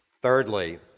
Thirdly